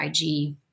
Ig